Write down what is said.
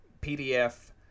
PDF